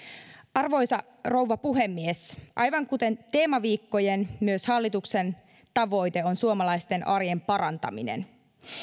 arvoisa rouva puhemies aivan kuten teemaviikkojen myös hallituksen tavoite on suomalaisten arjen parantaminen